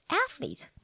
athlete